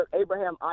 Abraham